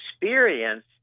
experience